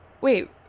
Wait